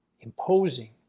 imposing